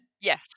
Yes